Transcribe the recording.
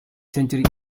century